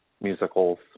musicals